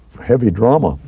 heavy drama.